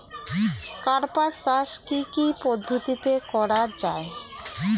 কার্পাস চাষ কী কী পদ্ধতিতে করা য়ায়?